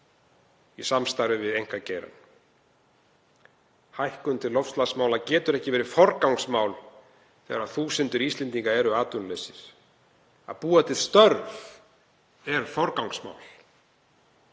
í samstarfi við einkageirann. Hækkun til loftslagsmála getur ekki verið forgangsmál þegar þúsundir Íslendinga eru atvinnulausir. Að búa til störf er forgangsmál.